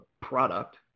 product